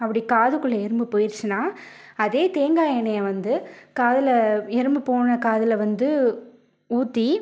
அப்படி காதுக்குள்ளே எறும்பு போயிடுச்சின்னால் அதே தேங்காய் எண்ணெயை வந்து காதில் எறும்பு போன காதில் வந்து ஊற்றி